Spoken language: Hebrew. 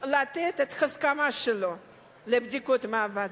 לתת את ההסכמה שלו לבדיקות מעבדה.